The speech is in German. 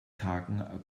tagen